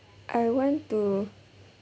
I want to